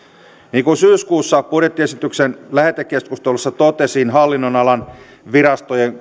niin kuin syyskuussa budjettiesityksen lähetekeskustelussa totesin hallinnonalan virastojen